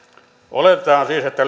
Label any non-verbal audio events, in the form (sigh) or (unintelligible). oletetaan siis että (unintelligible)